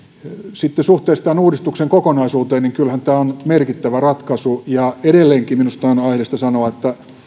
sitten suhteessa uudistuksen kokonaisuuteen kyllähän tämä on merkittävä ratkaisu ja edelleenkin minusta on aiheellista sanoa